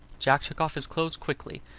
jack took off his clothes quickly,